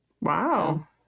Wow